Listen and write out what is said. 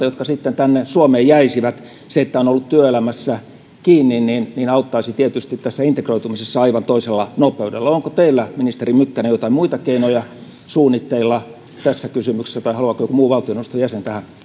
jotka sitten tänne suomeen jäisivät se että on on ollut työelämässä kiinni auttaisi tietysti tässä integroitumisessa aivan toisella nopeudella onko teillä ministeri mykkänen joitain muita keinoja suunnitteilla tässä kysymyksessä tai haluaako joku muu valtioneuvoston jäsen tähän